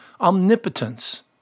omnipotence